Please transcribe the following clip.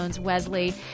Wesley